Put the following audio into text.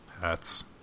hats